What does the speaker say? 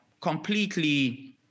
completely